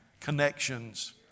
connections